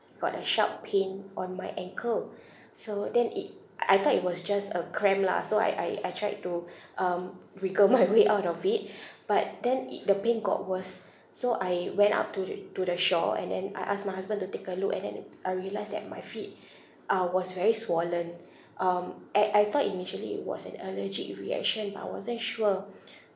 got a sharp pain on my ankle so then it I thought it was just a cramp lah so I I I tried to um wriggle my way out of it but then it the pain got worse so I went up to the to the shore and then I asked my husband to take a look and then I realised that my feet uh was very swollen um I I thought initially it was an allergic reaction but I wasn't sure